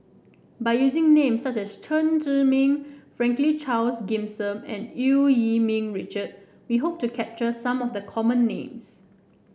by using names such as Chen Zhiming Franklin Charles Gimson and Eu Yee Ming Richard we hope to capture some of the common names